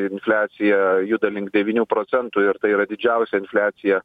infliacija juda link devynių procentų ir tai yra didžiausia infliacija